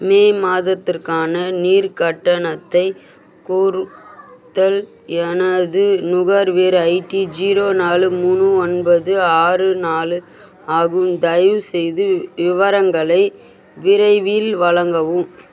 மே மாதத்திற்கான நீர் கட்டணத்தை கோருதல் எனது நுகர்வோர் ஐடி ஜீரோ நாலு மூணு ஒன்பது ஆறு நாலு ஆகும் தயவுசெய்து விவரங்களை விரைவில் வழங்கவும்